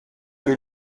que